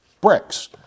bricks